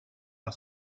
par